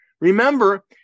Remember